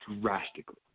drastically